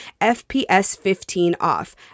FPS15OFF